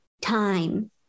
time